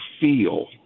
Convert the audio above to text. feel